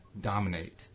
dominate